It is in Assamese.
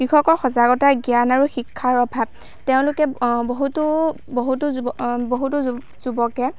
কৃষকৰ সজাগতা জ্ঞান আৰু শিক্ষাৰ অভাৱ তেওঁলোকে বহুতো বহুতো যুৱ বহুতো যু যুৱকে